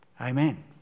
Amen